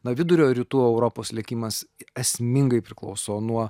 na vidurio rytų europos likimas esmingai priklauso nuo